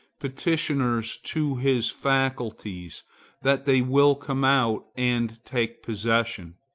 petitioners to his faculties that they will come out and take possession.